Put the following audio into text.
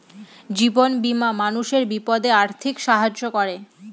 জীবন বীমা মানুষের বিপদে আর্থিক সাহায্য করে